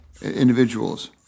individuals